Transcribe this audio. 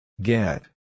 Get